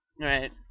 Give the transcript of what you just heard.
Right